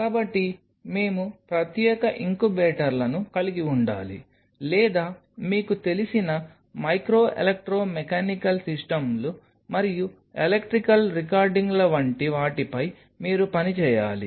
కాబట్టి మేము ప్రత్యేక ఇంక్యుబేటర్లను కలిగి ఉండాలి లేదా మీకు తెలిసిన మైక్రో ఎలక్ట్రో మెకానికల్ సిస్టమ్లు మరియు ఎలక్ట్రికల్ రికార్డింగ్ల వంటి వాటిపై మీరు పని చేయాలి